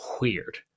weird